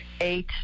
eight